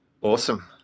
Awesome